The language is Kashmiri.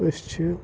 أسۍ چھِ